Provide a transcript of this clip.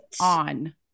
on